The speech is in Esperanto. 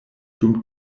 dum